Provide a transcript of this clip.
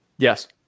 Yes